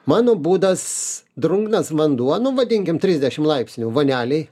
mano būdas drungnas vanduo nu vadinkim trisdešim laipsnių vonelėj